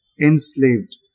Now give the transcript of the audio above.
enslaved